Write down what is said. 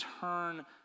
turn